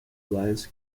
lions